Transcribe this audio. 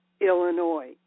Illinois